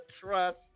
trust